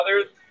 others